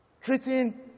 Treating